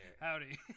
Howdy